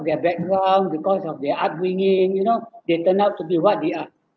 their background because of their upbringing you know they turn out to be what the are